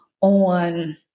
on